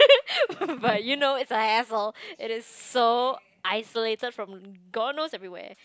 but you know it's a hassle it is so isolated from god knows everywhere